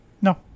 No